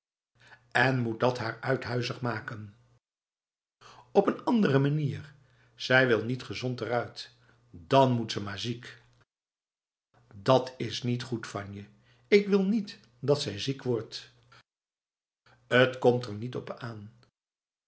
en moet dat haar uithuizig maken op een andere manier zij wil niet gezond eruit dan moet ze maar ziek het is niet goed van je ik wil niet dat zij ziek wordt t komt er niet op aan